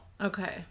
okay